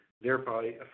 thereby